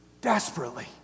desperately